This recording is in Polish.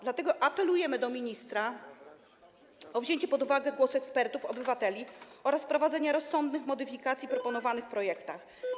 Dlatego apelujemy do ministra o wzięcie pod uwagę głosu ekspertów i obywateli oraz wprowadzenie rozsądnych modyfikacji w proponowanych projektach.